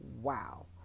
wow